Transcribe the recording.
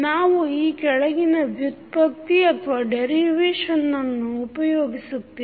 ನಾವು ಈ ಕೆಳಗಿನ ವ್ಯುತ್ಪತ್ತಿ ಯನ್ನು ಉಪಯೋಗಿಸುತ್ತೇವೆ